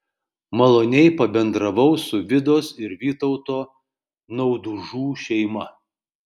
maloniai pabendravau su vidos ir vytauto naudužų šeima